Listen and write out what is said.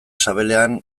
sabelean